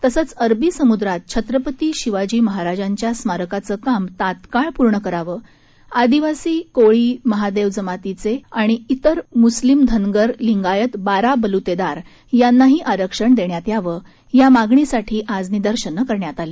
तसेच अरबी समुद्रात छत्रपती शिवाजी महाराजांच्या स्मारकाचं काम तात्काळ पूर्ण करावे तसंच आदिवासी कोळी महादेव जमातीचे आणि विर मुस्लिम धनगर लिंगायत बारा बलुतेदार यानाही आरक्षण देण्यात यावं या मागणीसाठी आज निदर्शन करण्यात आली